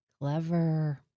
Clever